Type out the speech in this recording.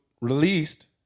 released